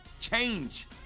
change